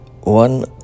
one